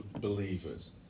believers